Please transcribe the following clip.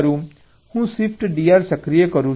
હું Shift DR સક્રિય કરું છું